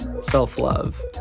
self-love